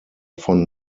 von